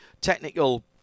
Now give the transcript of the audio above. technical